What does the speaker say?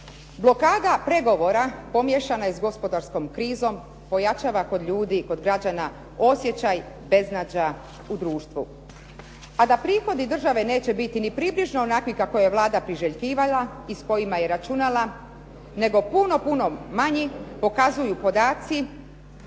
Blokada pregovora pomiješana je s gospodarskom krizom, pojačava kod ljudi i kod građana osjećaj beznađa u društvu. A da prihodi države neće biti ni približno onakvi kako je Vlada priželjkivala i s kojima je računala nego puno manji pokazuju podaci